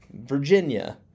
Virginia